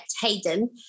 Hayden